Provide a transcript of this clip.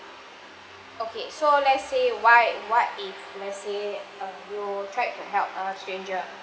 okay so let's say why what if let's say uh you tried to help a stranger